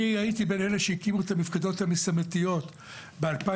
אני הייתי בין אלה שהקימו את המפקדות המשימתיות ב-2003,